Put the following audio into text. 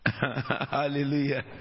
Hallelujah